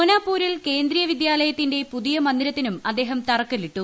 സോനാപൂരിൽ കേന്ദ്രീയ വിദ്യാലയത്തിന്റെ പുതിയ മന്ദിരത്തിനും അദ്ദേഹം തറങ്കല്ലിട്ടു